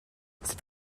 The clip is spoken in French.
cette